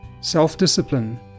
Self-discipline